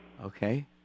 Okay